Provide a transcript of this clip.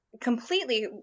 Completely